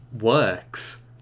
works